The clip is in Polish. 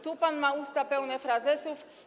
Tu ma pan usta pełne frazesów.